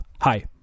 Hi